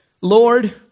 Lord